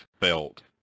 felt